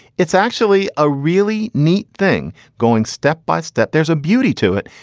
it's actually a really neat thing going step by step. there's a beauty to it.